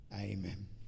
Amen